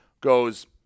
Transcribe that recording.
goes